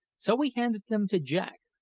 so we handed them to jack,